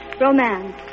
Romance